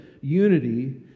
unity